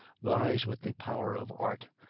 vies with the power of art,